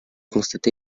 constaté